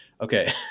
Okay